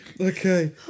Okay